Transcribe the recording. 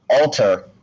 alter